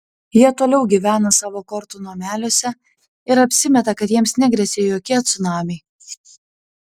jie toliau gyvena savo kortų nameliuose ir apsimeta kad jiems negresia jokie cunamiai